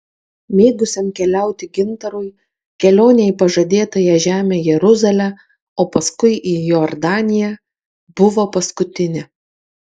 mėgusiam keliauti gintarui kelionė į pažadėtąją žemę jeruzalę o paskui į jordaniją buvo paskutinė